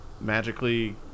magically